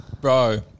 Bro